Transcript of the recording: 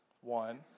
one